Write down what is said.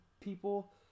people